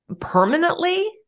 Permanently